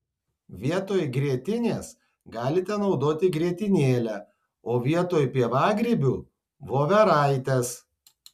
vietoj grietinės galite naudoti grietinėlę o vietoj pievagrybių voveraites